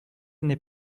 n’est